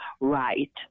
right